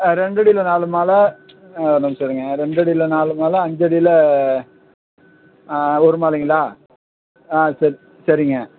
ஆ ரெண்டடியில நாலு மாலை ஆ ஒரு நிமிடம் இருங்கள் ஆ ரெண்டடியில நாலு மாலை அஞ்சடியில ஆ ஒரு மாலைங்களா ஆ சர் சரிங்க